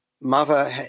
Mother